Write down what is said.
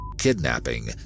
kidnapping